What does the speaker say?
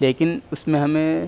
لیکن اس میں ہمیں